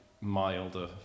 milder